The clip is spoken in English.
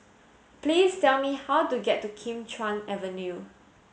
please tell me how to get to Kim Chuan Avenue